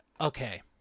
okay